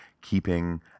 keeping